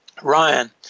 Ryan